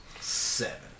Seven